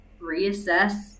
Reassess